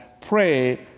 pray